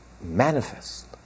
manifest